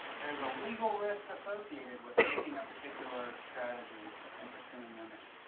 there's a legal risk associated with like taking particular strategy and pursuing your mission.